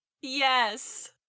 Yes